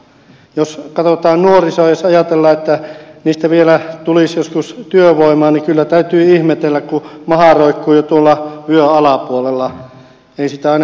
jos katsotaan nuorisoa ja jos ajatellaan että niistä vielä tulisi joskus työvoimaa niin kyllä täytyy ihmetellä kun maha roikkuu jo tuolla vyön alapuolella